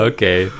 Okay